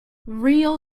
real